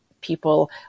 people